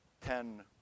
ten